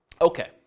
okay